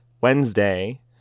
Wednesday